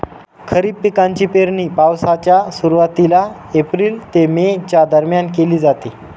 खरीप पिकांची पेरणी पावसाच्या सुरुवातीला एप्रिल ते मे च्या दरम्यान केली जाते